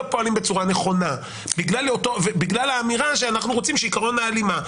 פועלים בצורה נכונה בגלל האמירה שאנחנו רוצים את עיקרון ההלימה.